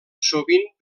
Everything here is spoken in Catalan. sovint